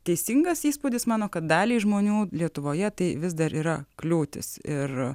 teisingas įspūdis mano kad daliai žmonių lietuvoje tai vis dar yra kliūtis ir